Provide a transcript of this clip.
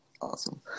Awesome